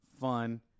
fun